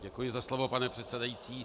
Děkuji za slovo, pane předsedající.